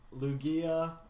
Lugia